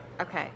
Okay